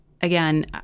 again